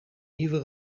nieuwe